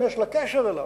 אם יש לה קשר אליו,